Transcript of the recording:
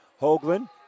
Hoagland